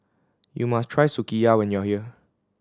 you must try Sukiyaki when you are here